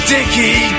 Dickie